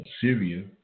Syria